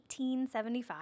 1875